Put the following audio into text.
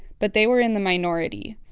but they were in the minority.